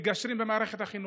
מגשרים במערכת החינוך,